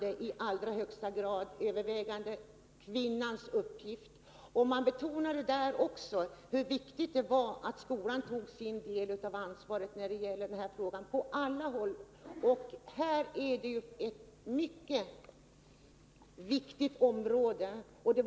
Det är fortfarande i helt övervägande grad kvinnans uppgift. Man =» m. betonade i den debatten hur viktigt det är att skolan tar sin del av ansvaret när det gäller den här frågan. Det här är ett mycket viktigt område.